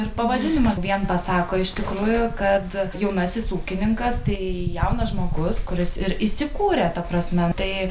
ir pavadinimas vien pasako iš tikrųjų kad jaunasis ūkininkas tai jaunas žmogus kuris ir įsikūrė ta prasme tai